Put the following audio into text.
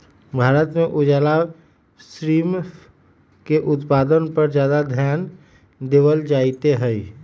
भारत में उजला श्रिम्फ के उत्पादन पर ज्यादा ध्यान देवल जयते हई